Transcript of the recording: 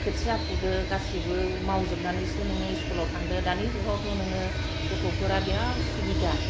खोथिया फुदो गासिबो मावजोबनानैसो नोङो स्कुलाव थांदो दानि जुगावथ' नोङो गथ'फोरा बेराद सुबिदा